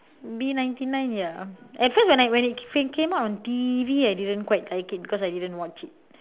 B ninety nine ya at first when I when it first came on T_V I didn't quite like it because I didn't watch it